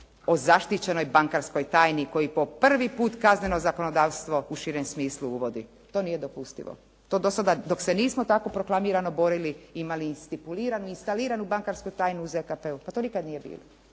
o zaštićenoj bankarskoj tajni koji po prvi put kazneno zakonodavstvo u širem smislu dovodi. To nije dopustivo. Dok se nismo tako proklamirano borili, imali stipuliranu i instaliranu bankarsku tajnu u ZKP-u. pa to nikada nije bilo.